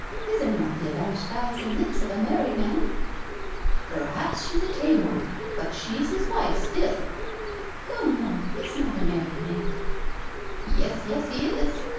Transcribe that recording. his are not the abashed eyes and lips of a married man perhaps she's a tame one but she's his wife still no, no he's not a married man yes, yes, he is.